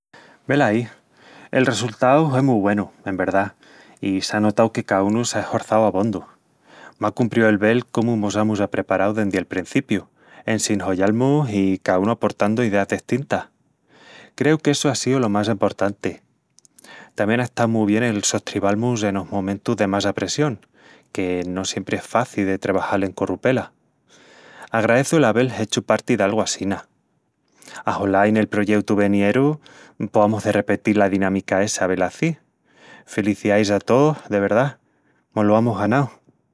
Velaí... el resultau hue mu güenu, en verdá, i s'á notau que caúnu s'á eshorçau abondu. M'a cumpríu el vel cómu mos amus apreparau dendi el prencipiu, en sin hollal-mus i caúnu aportandu ideas destintas. Creu qu'essu á síu lo más emportanti. Tamién á estau mu bien el sostribal-mus enos momentus de más apressión, que no siempri es faci de trebajal en corrupela. Agraeçu l'avel hechu parti d'algu assina. Axolá i nel proyeutu venieru, poamus de repetil la dinámica essa velaçi. Feliciais a tós, de verdá, mo-lo amus ganau!